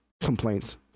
complaints